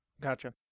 Gotcha